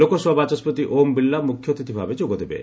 ଲୋକସଭା ବାଚସ୍କତି ଓମ୍ ବିର୍ଲା ମୁଖ୍ୟଅତିଥି ଭାବେ ଯୋଗଦେବେ